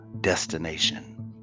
destination